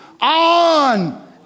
on